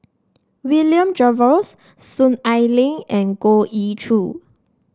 William Jervois Soon Ai Ling and Goh Ee Choo